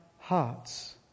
hearts